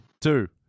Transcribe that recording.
Two